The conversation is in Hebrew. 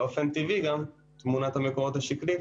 באופן טבעי גם תמונת המקורות השקלית